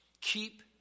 keep